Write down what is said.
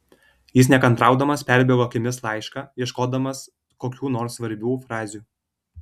jis nekantraudamas perbėgo akimis laišką ieškodamas kokių nors svarbių frazių